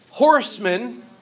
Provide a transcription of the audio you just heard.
Horsemen